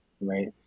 right